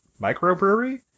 microbrewery